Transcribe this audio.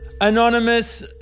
Anonymous